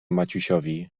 maciusiowi